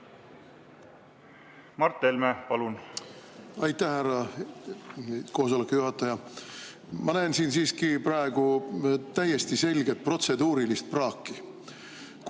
Mart Helme, palun! Aitäh, härra koosoleku juhataja! Ma näen siin siiski praegu täiesti selgelt protseduurilist praaki.